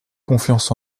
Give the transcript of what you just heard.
confiance